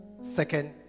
Second